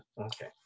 Okay